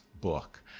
book